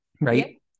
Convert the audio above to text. right